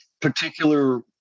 particular